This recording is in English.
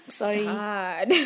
Sorry